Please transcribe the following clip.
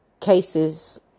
cases